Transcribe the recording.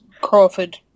Crawford